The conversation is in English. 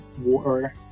war